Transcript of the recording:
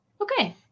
Okay